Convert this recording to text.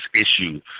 issue